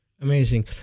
Amazing